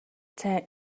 цай